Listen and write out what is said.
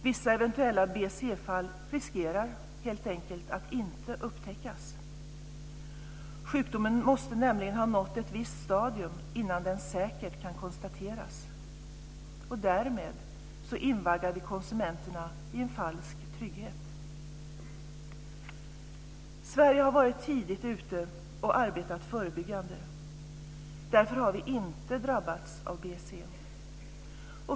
Vissa eventuella BSE-fall riskerar helt enkelt att inte upptäckas. Sjukdomen måste nämligen ha nått ett visst stadium innan den säkert kan konstateras. Därmed invaggas konsumenterna i en falsk trygghet. Sverige har varit tidigt ute och arbetat förebyggande. Därför har vi inte drabbats av BSE.